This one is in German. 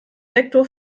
sektor